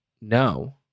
No